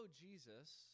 Jesus